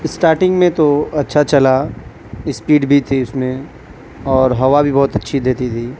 starting میں تو اچھا چلا اسپیڈ بھی تھی اس میں اور ہوا بھی بہت اچھی دیتی تھی